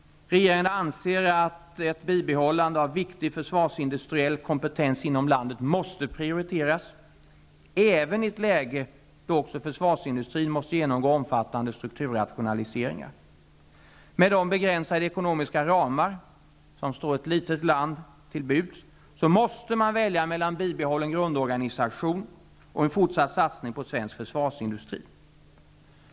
Regeringen anser att ett bibehållande av viktig försvarindustriell kompetens inom landet måste prioriteras, även i ett läge då försvarsindustrin måste genomgå omfattande strukturrationaliseringar. Med de begränsade ekonomiska ramar som står ett litet land till buds måste man välja mellan bibehållen grundorganisation och en fortsatt satsning på svensk försvarindustri.